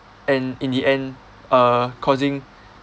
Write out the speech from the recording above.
and in the end uh causing